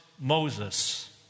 Moses